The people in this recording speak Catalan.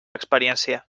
experiència